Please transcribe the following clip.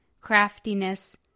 craftiness